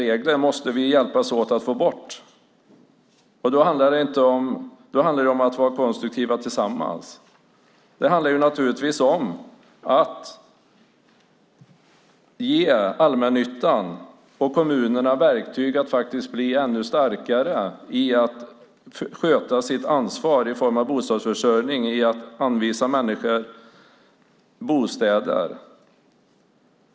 Vi måste hjälpas åt för att få bort ett sådant moment 22 med ursjuka regler, och då gäller det att tillsammans vara konstruktiva. Det handlar om att ge allmännyttan och kommunerna verktyg att kunna bli ännu starkare i att ta sitt ansvar vad gäller bostadsförsörjning genom att anvisa människor bostäder.